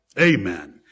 Amen